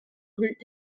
rue